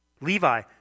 Levi